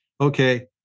okay